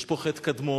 יש פה חטא קדמון.